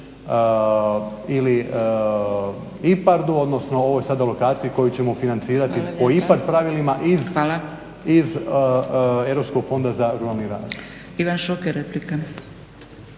ili IPARD-u, odnosno ovoj sada lokaciji koju ćemo financirati po IPARD pravilima iz Europskog fonda za ruralni razvoj.